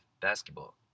basketball